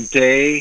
day